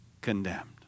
condemned